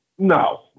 No